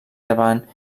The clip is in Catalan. davant